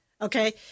Okay